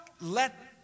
let